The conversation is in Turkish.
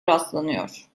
rastlanıyor